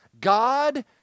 God